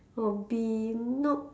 hobby nope